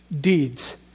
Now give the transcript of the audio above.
deeds